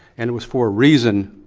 and it was for a reason